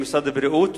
משרד הבריאות,